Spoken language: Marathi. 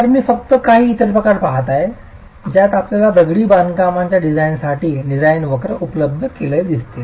तर मी फक्त काही इतर प्रकार पहात आहे ज्यात आपल्याला दगडी बांधकामाच्या डिझाइनसाठी डिझाइन वक्र उपलब्ध केलेले दिसतील